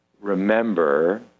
remember